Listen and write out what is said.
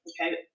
okay